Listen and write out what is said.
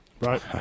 Right